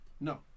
No